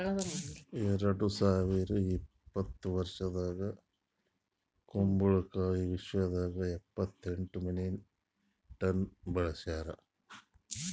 ಎರಡು ಸಾವಿರ ಇಪ್ಪತ್ತು ವರ್ಷದಾಗ್ ಕುಂಬಳ ಕಾಯಿ ವಿಶ್ವದಾಗ್ ಇಪ್ಪತ್ತೆಂಟು ಮಿಲಿಯನ್ ಟನ್ಸ್ ಬೆಳಸ್ಯಾರ್